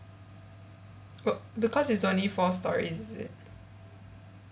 oh because it's only four stories is it